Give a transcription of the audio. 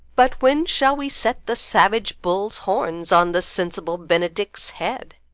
but when shall we set the savage bull's horns on the sensible benedick's head?